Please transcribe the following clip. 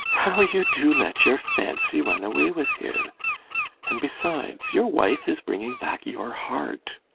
how you do let your fancy run away with you and besides, your wife is bringing back your heart.